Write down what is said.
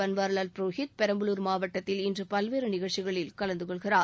பன்வாரிலால் புரோகித் பெரம்பலூர் மாவட்டத்தில் இன்று பல்வேறு நிகழ்ச்சிகளில் கலந்து கொள்கிறார்